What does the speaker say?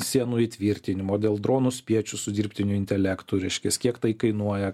sienų įtvirtinimo dėl dronų spiečių su dirbtiniu intelektu reiškias kiek tai kainuoja